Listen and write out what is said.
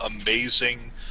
amazing